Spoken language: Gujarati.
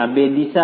બે દિશાઓ